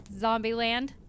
Zombieland